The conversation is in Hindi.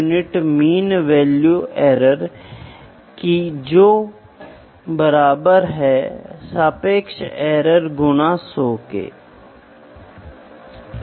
इसलिए मीन से भिन्नता ठीक है इसलिए इसे त्रुटि के रूप में कहा जाता है इसलिए वैज्ञानिक रूप से विश्लेषण किए गए परिणाम और त्रुटियों को बुद्धिमानी से व्याख्या किया जाता है